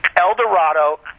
Eldorado